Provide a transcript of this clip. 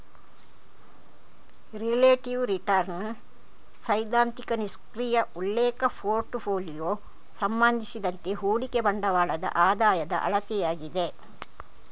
relative return ಸೈದ್ಧಾಂತಿಕ ನಿಷ್ಕ್ರಿಯ ಉಲ್ಲೇಖ ಪೋರ್ಟ್ ಫೋಲಿಯೊ ಸಂಬಂಧಿಸಿದಂತೆ ಹೂಡಿಕೆ ಬಂಡವಾಳದ ಆದಾಯದ ಅಳತೆಯಾಗಿದೆ